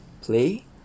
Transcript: play